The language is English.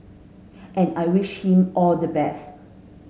and I wish him all the best